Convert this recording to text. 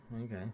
okay